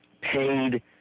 paid